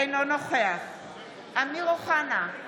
אינו נוכח אמיר אוחנה,